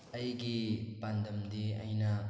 ꯑꯩꯒꯤ ꯄꯥꯟꯗꯝꯗꯤ ꯑꯩꯅ